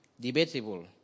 debatable